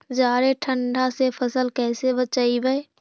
जादे ठंडा से फसल कैसे बचइबै?